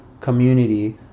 community